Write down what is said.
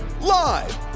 live